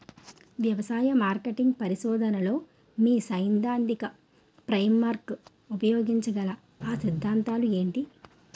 వ్యవసాయ మార్కెటింగ్ పరిశోధనలో మీ సైదాంతిక ఫ్రేమ్వర్క్ ఉపయోగించగల అ సిద్ధాంతాలు ఏంటి?